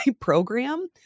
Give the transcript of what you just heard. program